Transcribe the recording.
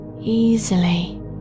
easily